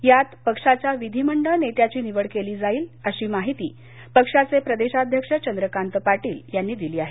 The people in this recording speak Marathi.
यात पक्षाच्या विधीमंडळ नेत्याची निवड केली जाईल अशी माहिती पक्षाचे प्रदेशाध्यक्ष चंद्रकांत पाटील यांनी दिली आहे